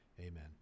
Amen